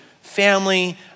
family